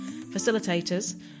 facilitators